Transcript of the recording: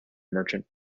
merchant